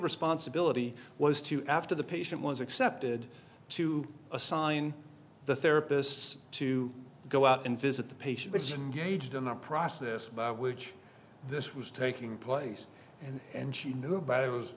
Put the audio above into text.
responsibility was to after the patient was accepted to assign the therapists to go out and visit the patients and gauged in the process by which this was taking place and and she knew about it was